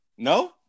No